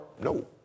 no